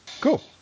Cool